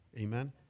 Amen